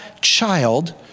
child